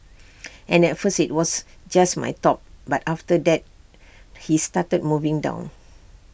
and at first IT was just my top but after that he started moving down